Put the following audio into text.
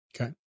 Okay